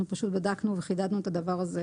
בדקנו וחידדנו את הדבר הזה,